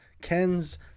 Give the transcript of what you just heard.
ken's